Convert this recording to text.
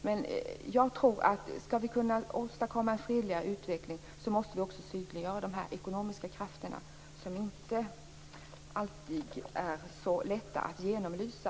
För att vi skall kunna åstadkomma en fredlig utveckling måste vi också synliggöra de ekonomiska krafter som inte alltid är så lätta att genomlysa.